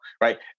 right